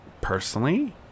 personally